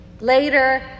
Later